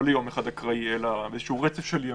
לא ליום אחד אקראי אלא לרצף של ימים,